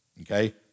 okay